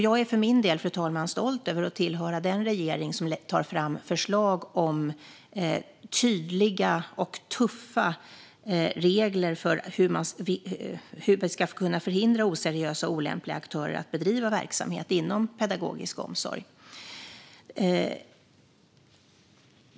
Jag är för min del, fru talman, stolt över att tillhöra den regering som tar fram förslag om tydliga och tuffa regler för hur vi ska kunna förhindra oseriösa och olämpliga aktörer att bedriva verksamhet inom pedagogisk omsorg.